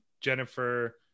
Jennifer